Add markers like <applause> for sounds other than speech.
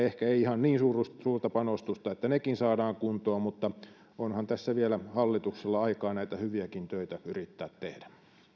<unintelligible> ehkä ei ihan niin suurta suurta panostusta että nekin saadaan kuntoon onhan tässä vielä hallituksella aikaa näitä hyviäkin töitä yrittää tehdä